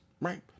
right